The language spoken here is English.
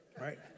right